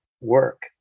work